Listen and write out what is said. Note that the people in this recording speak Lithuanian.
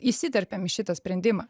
įsiterpėm į šitą sprendimą